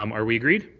um are we agreed?